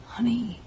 Honey